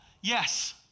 Yes